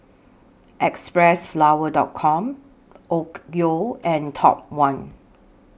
Xpressflower Dot Com Onkyo and Top one